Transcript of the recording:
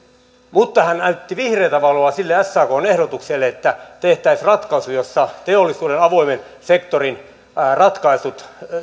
mutta hän näytti vihreätä valoa sille sakn ehdotukselle että tehtäisiin ratkaisu jossa teollisuuden avoimen sektorin ratkaisut